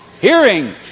Hearing